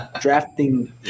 drafting